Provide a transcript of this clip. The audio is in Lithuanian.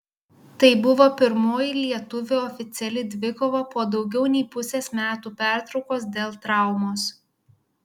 tai buvo pirmoji lietuvio oficiali dvikova po daugiau nei pusės metų pertraukos dėl traumos